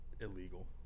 illegal